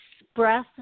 Express